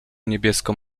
niebieską